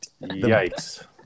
Yikes